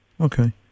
Okay